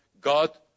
God